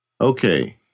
Okay